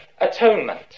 atonement